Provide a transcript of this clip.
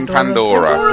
Pandora